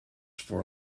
for